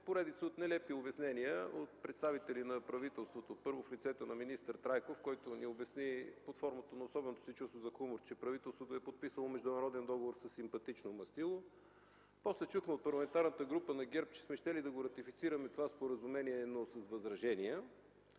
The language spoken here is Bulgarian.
поредица от нелепи обяснения от представители на правителството – първо в лицето на министър Трайков, който ни обясни под формата на особеното си чувство за хумор, че правителството е подписало международния договор със симпатично мастило. После чухме от Парламентарната група на ГЕРБ, че сме щели да ратифицираме това споразумение, но с възражение.